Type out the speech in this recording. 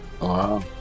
Wow